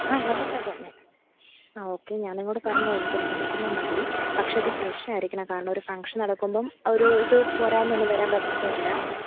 ആ നമ്പർ തരാം ഞാൻ ആ ഓക്കെ ഞാൻ നിങ്ങളോട് പറഞ്ഞു എനിക്ക് രണ്ട് കിലോ മതി പക്ഷേ അത് ഫ്രഷ് ആയിരിക്കണം കാരണം ഒരു ഫംഗ്ഷൻ നടക്കുമ്പം ഒരു ഇത് പോരായ്മ ഒന്നും വരാൻ പറ്റില്ല